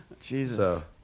Jesus